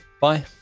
Bye